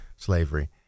slavery